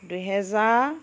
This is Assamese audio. দুহেজাৰ